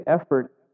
effort